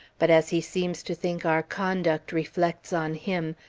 but as he seems to think our conduct reflects on him,